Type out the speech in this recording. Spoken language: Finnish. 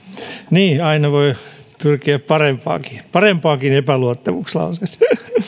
niin aina voi pyrkiä parempaankin parempaankin epäluottamuslauseeseen